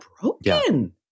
broken